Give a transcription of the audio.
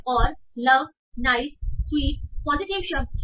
और love nice sweet positive है